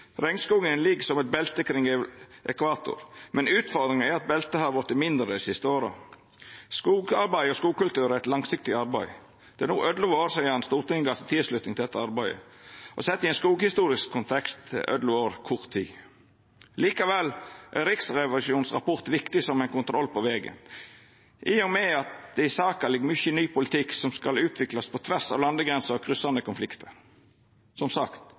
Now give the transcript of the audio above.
Regnskogen ligg som eit belte kring ekvator, men utfordringa er at beltet har vorte mindre dei siste åra. Skogarbeid og skogkultur er eit langsiktig arbeid. Det er no elleve år sidan Stortinget gav si tilslutning til dette arbeidet, og sett i ein skoghistorisk kontekst er elleve år kort tid. Likevel er Riksrevisjonens rapport viktig som ein kontroll på vegen, i og med at det i saka ligg mykje ny politikk som skal utviklast på tvers av landegrenser og kryssande konfliktar. Som sagt